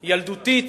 ילדותית,